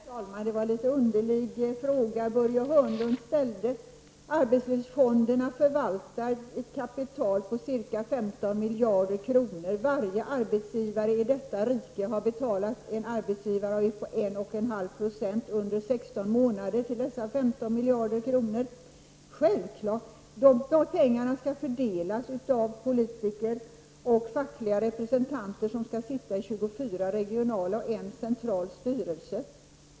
Herr talman! Det var en litet underlig fråga som Börje Hörnlund ställde. Arbetslöshetsfonderna förvaltar ett kapital på ca 15 miljarder kronor. Varje arbetsgivare i detta rike har betalat en arbetsgivaravgift på 1,5 70 under 16 månader till dessa 15 miljarder kronor. Självfallet skall dessa pengar fördelas av politiker och fackliga representanter som skall sitta i 24 regionala och en central styrelse.